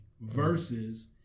versus